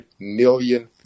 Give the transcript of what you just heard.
million